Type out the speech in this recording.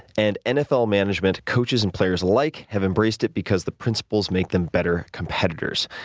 and, nfl management, coaches, and players alike have embraced it because the principles make them better competitors.